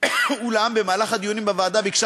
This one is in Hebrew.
אולם במהלך הדיונים בוועדה ביקשה